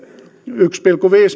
yksi pilkku viisi